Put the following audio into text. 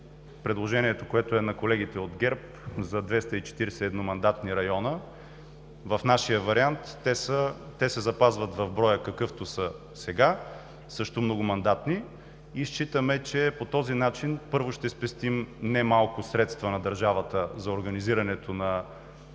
предложението на колегите от ГЕРБ за 240 едномандатни района в нашия вариант се запазва броят, какъвто е сега, също многомандатни. Считаме, че по този начин ще спестим не малко средства на държавата за организирането на